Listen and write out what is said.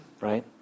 right